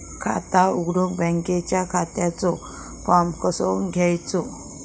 खाता उघडुक बँकेच्या खात्याचो फार्म कसो घ्यायचो?